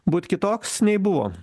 būt kitoks nei buvo